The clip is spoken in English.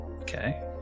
Okay